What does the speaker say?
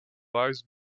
lies